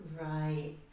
Right